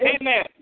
amen